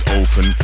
open